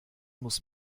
muss